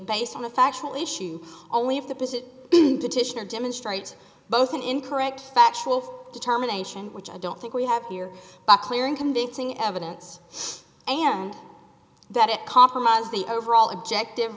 based on the factual issue only of the position to titian of demonstrates both an incorrect factual determination which i don't think we have here clear and convincing evidence and that it compromises the overall objective